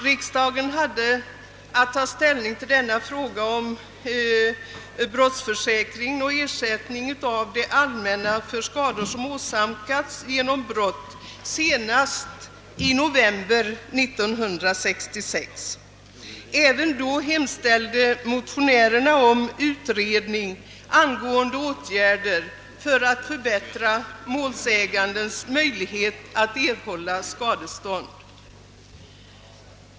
Riksdagen hade att ta ställning till frågan om brottsförsäkring och ersättning av det allmänna för skador som åsamkats genom brott senast i november 1966. även då hemställde motionärerna om utredning angående åtgärder för att förbättra målsägandens möjlighet att erhålla skadestånd.